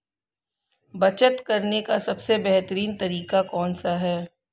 बचत करने का सबसे बेहतरीन तरीका कौन सा है?